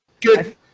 Good